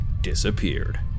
disappeared